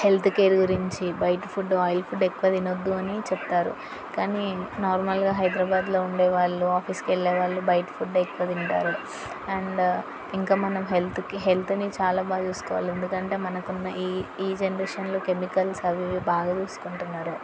health care గురించి బయటి food oil food ఎక్కువ తినవద్దు అని చెప్తారు కానీ నార్మల్గా హైదరాబాద్లో ఉండేవాళ్ళు ఆఫీస్కి వెళ్ళేవాళ్ళు బయటి ఫుడ్డే ఎక్కువగా తింటారు అండ్ ఇంకా మనం హెల్త్కి హెల్త్ని చాలా బాగా చూసుకోవాలి ఎందుకంటే మనకున్న ఈ ఈ జనరేషన్లో కెమికల్స్ అవి ఇవి బాగా చూసుకుంటున్నారు